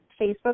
Facebook